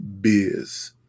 biz